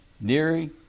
nearing